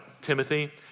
Timothy